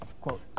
quote